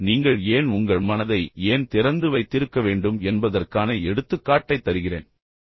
இப்போது நீங்கள் ஏன் உங்கள் மனதை ஏன் திறந்து வைத்திருக்க வேண்டும் என்பதற்கான எடுத்துக்காட்டு உதாரணத்தை உங்களுக்குத் தருகிறேன்